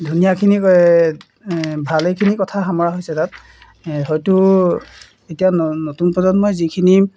ধুনীয়াখিনি ক ভালেখিনি কথা সামৰা হৈছে তাত হয়তো এতিয়া ন নতুন প্ৰজন্মই যিখিনি